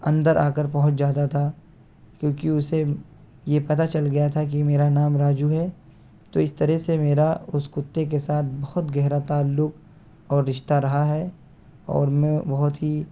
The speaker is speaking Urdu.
اندر آ کر پہنچ جاتا تھا کیونکہ اسے یہ پتہ چل گیا تھا کہ میرا نام راجو ہے تو اس طرح سے میرا اس کتے کے ساتھ بہت گہرا تعلق اور رشتہ رہا ہے اور میں بہت ہی